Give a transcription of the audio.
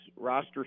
roster